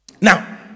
now